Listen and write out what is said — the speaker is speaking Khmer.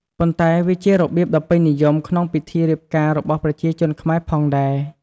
ប៉ុន្តែវាជារបៀបដ៏ពេញនិយមក្នុងពិធីរៀបការរបស់ប្រជាជនខ្មែរផងដែរ។